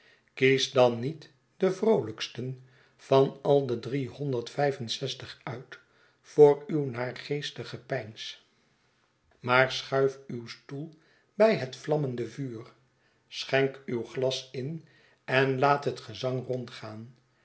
kies dan niet denvroolijksten van al de driehonderd vijf en zestig uit voor uw naargeestig gepeins maar schuif uw stoel by het vlammende vuur schenk uw glas in en laat het gezang rondgaan